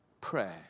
Prayer